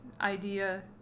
idea